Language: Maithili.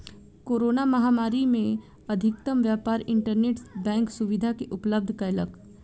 कोरोना महामारी में अधिकतम व्यापार इंटरनेट बैंक सुविधा के उपयोग कयलक